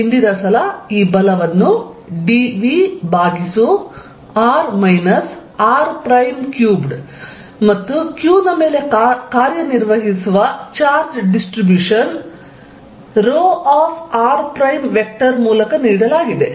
ಹಿಂದಿನ ಸಲ ಈ ಬಲವನ್ನು dV ಭಾಗಿಸು r minus r prime cubed ಮತ್ತು q ನ ಮೇಲೆ ಕಾರ್ಯನಿರ್ವಹಿಸುವ ಚಾರ್ಜ್ ಡಿಸ್ಟ್ರಿಬ್ಯೂಷನ್ ρr ಮೂಲಕ ನೀಡಲಾಗಿದೆ